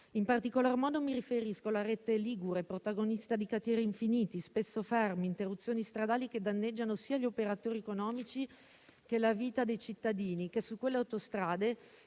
In particolar modo, mi riferisco alla rete ligure, protagonista di cantieri infiniti, spesso fermi, interruzioni stradali che danneggiano sia gli operatori economici che la vita dei cittadini che quelle autostrade